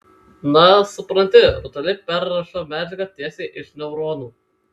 na supranti rutuliai perrašo medžiagą tiesiai iš neuronų